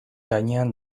gainean